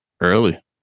Early